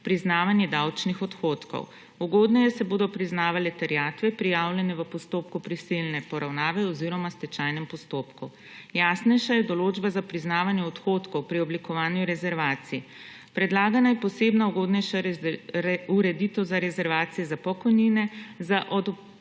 priznavanje davčnih odhodkov. Ugodneje se bodo priznavale terjatve, prijavljene v postopku prisilne poravnave oziroma v stečajnem postopku. Jasnejša je določba za priznavanje odhodkov pri oblikovanju rezervacij. Predlagana je posebna, ugodnejša ureditev za rezervacije za pokojnine, za odpravnine